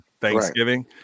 Thanksgiving